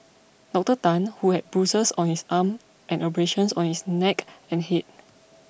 Doctor Tan who had bruises on his arm and abrasions on his neck and head